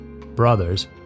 brothers